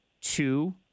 two